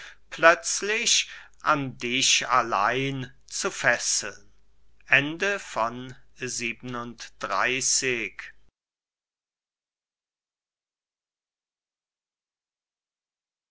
plötzlich an dich allein zu fesseln xxxviii